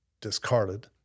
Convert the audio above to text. discarded